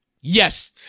Yes